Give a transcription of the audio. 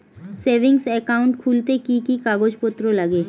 Savings account খুলতে কি কি কাগজপত্র লাগে?